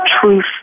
truth